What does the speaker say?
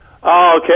Okay